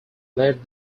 led